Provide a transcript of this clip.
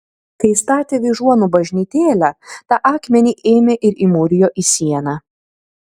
kai statė vyžuonų bažnytėlę tą akmenį ėmė ir įmūrijo į sieną